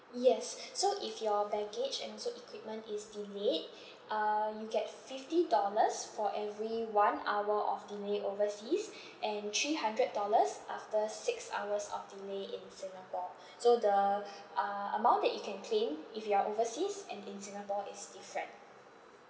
yes so if your baggage and also equipment is delayed uh you get fifty dollars for every one hour of delay overseas and three hundred dollars after six hours of delay in singapore so the uh amount that you can claim if you are overseas and in singapore is different